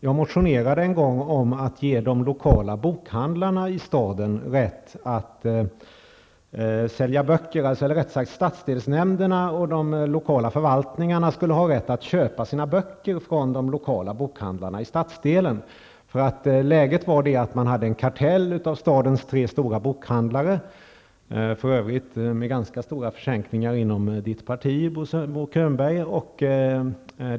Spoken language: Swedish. Jag motionerade en gång om att stadsdelsnämnderna och de lokala förvaltningarna skulle ha rätt att köpa sina böcker från de lokala bokhandlarna i stadsdelen. Läget var nämligen att stadens tre stora bokhandlare bildade en kartell, för övrigt med ganska stora försänkningar inom Bo Könbergs parti. Men mitt förslag avslogs.